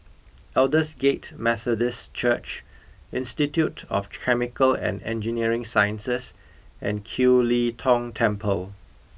Aldersgate Methodist Church Institute of Chemical and Engineering Sciences and Kiew Lee Tong Temple